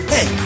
Hey